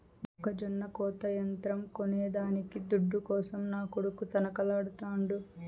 మొక్కజొన్న కోత యంత్రం కొనేదానికి దుడ్డు కోసం నా కొడుకు తనకలాడుతాండు